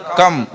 come